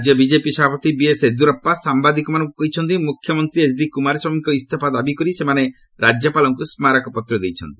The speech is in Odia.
ରାଜ୍ୟ ବିଜେପି ସଭାପତି ବିଏସ୍ ୟେଦିୟୁରାପ୍ପା ସାମ୍ବାଦିକମାନଙ୍କୁ କହିଛନ୍ତି ମୁଖ୍ୟମନ୍ତ୍ରୀ ଏଚ୍ଡି କୁମାରସ୍ୱାମୀଙ୍କ ଇସ୍ତଫା ଦାବି କରି ସେମାନେ ରାଜ୍ୟପାଳଙ୍କୁ ସ୍କାରକପତ୍ର ଦେଇଛନ୍ତି